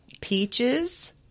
peaches